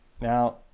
Now